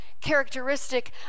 Characteristic